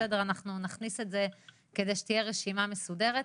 בסדר אנחנו נכניס את זה כדי שתהיה רשימה מסודרת.